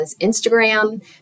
Instagram